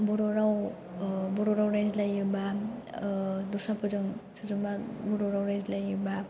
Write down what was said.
बर'राव बर' राव रायज्लायो बा दस्राफोरजों सोरजोंबा बर' राव रायज्लायो बा